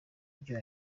ibyo